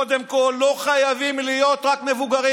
קודם כול, לא חייבים להיות רק מבוגרים.